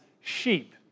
sheep